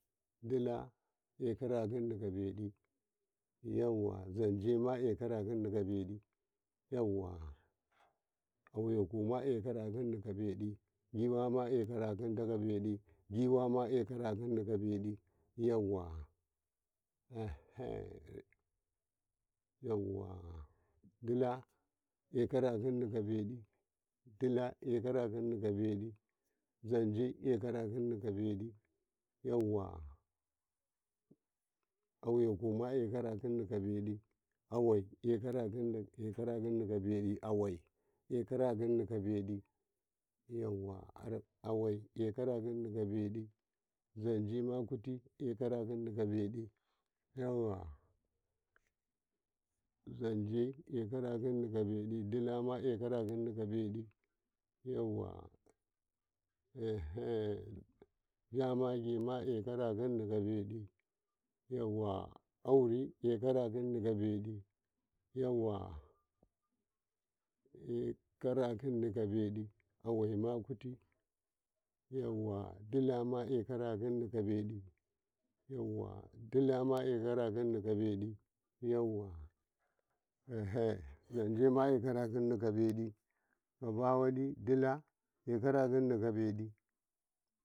nannakaye nala soma zaw nannakaye nala soma zawa zawa kaye nadeto nabartau caraku teyi ƙochima nadato nannakaye nazawa nadeto nabartau amu sai nabartau amu sai carakuma nabartau teyi to kwamma kuti nabato caraku teyi sanan wali arakin walika arakinye sanan detu kwamma denekaye barasu carakuye sannan amuye walasarakinye tawanekaye namayagino denekaye nadeto nayaɗasine nayanɗasinena kaye yawa tidakaye kadibabiye danekaye shidakaye nabaɗisine da nannakaye somi zawa soma zawaye sai nabarasu caraku ka amu sai saikayi ƙochima kuti nadeneko nabaɗase nakaye nabarasu amu sanan shiɗi abirakin tawanekama.